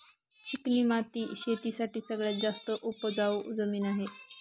चिकणी माती शेती साठी सगळ्यात जास्त उपजाऊ जमीन आहे